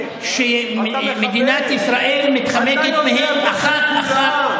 שמדינת ישראל מתחמקת מהן אחת-אחת,